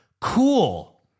cool